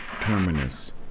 terminus